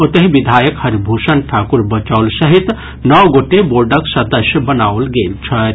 ओतहि विधायक हरिभूषण ठाकुर बचौल सहित नओ गोटे बोर्डक सदस्य बनाओल गेल छथि